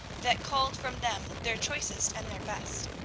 that called from them their choicest and their best.